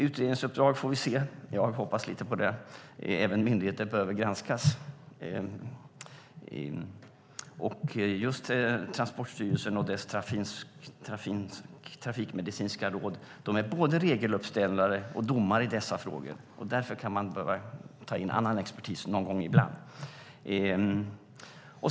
Utredningsuppdraget hoppas jag lite på; även myndigheter behöver granskas. Transportstyrelsen och dess trafikmedicinska råd är både regeluppställare och domare i dessa frågor, så därför kan man behöva ta in annan expertis någon gång ibland.